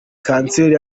kanseri